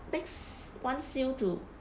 makes wants you to